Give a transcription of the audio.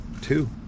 two